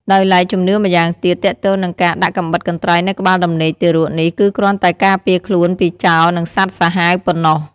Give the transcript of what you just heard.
ដោយឡែកជំនឿម្យ៉ាងទៀតទាក់ទងនិងការដាក់កំបិតកន្ត្រៃនៅក្បាលដំណេកទារកនេះគឺគ្រាន់តែការពារខ្លួនពីចោរនិងសត្វសាហាវប៉ុណ្ណោះ។